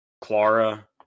Clara